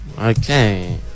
Okay